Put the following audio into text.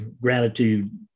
gratitude